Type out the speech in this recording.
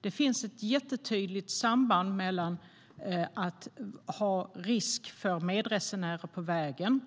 Det finns ett jättetydligt samband mellan risker för medresenärer på vägen,